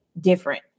different